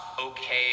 okay